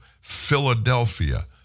Philadelphia